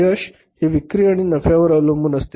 यश हे विक्री आणि नफ्यावर अवलंबून असते